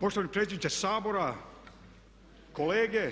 Poštovani predsjedniče Sabora, kolege